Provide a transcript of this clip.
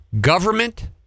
Government